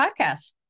Podcast